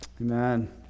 Amen